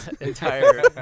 entire